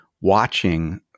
watching